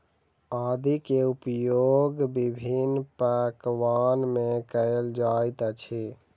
आदी के उपयोग विभिन्न पकवान में कएल जाइत अछि